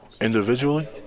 individually